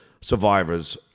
survivors